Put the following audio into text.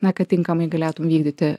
na kad tinkamai galėtum vykdyti